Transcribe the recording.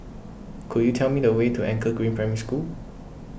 could you tell me the way to Anchor Green Primary School